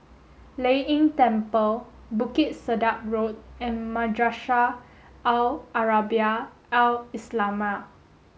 Lei Yin Temple Bukit Sedap Road and Madrasah Al Arabiah Al islamiah